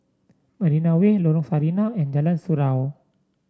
Marina Way Lorong Sarina and Jalan Surau